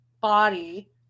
body